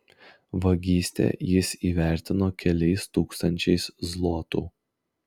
vagystę jis įvertino keliais tūkstančiais zlotų